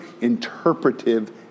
interpretive